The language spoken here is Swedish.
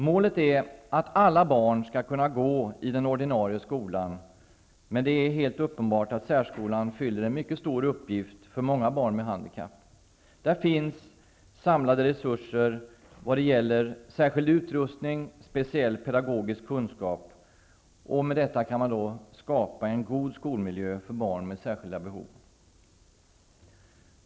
Målet är att alla barn skall kunna gå i den ordinarie skolan, men det är helt uppenbart att särskolan fyller en mycket stor uppgift för många barn med handikapp. Där finns samlade resurser när det gäller särskild utrustning och speciell pedagogisk kunskap, och med detta kan man skapa en god skolmiljö för barn med särskilda behov.